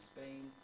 Spain